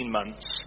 months